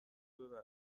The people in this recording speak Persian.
ببره